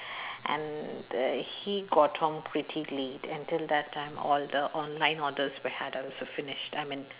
and uh he got home pretty late until that time all the online orders we had also finished I mean